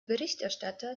berichterstatter